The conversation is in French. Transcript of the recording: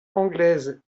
anglaise